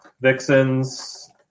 Vixens